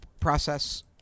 process